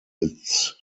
its